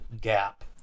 gap